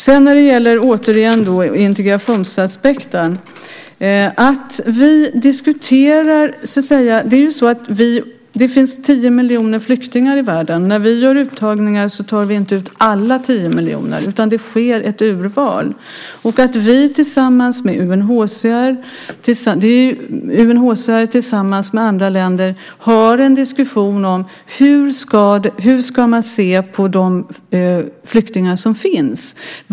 Sedan gäller det återigen integrationsaspekten. Det finns tio miljoner flyktingar i världen. När vi gör uttagningar tar vi inte ut alla tio miljoner, utan det sker ett urval. Det är UNHCR som tillsammans med andra länder har en diskussion: Hur ska man se på de flyktingar som finns?